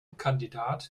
kandidat